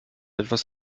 etwas